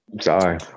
Sorry